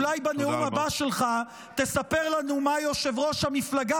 אולי בנאום הבא שלך תספר לנו מה יושב-ראש המפלגה